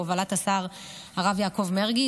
בהובלת השר הרב יעקב מרגי,